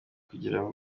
kugirango